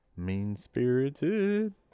Mean-spirited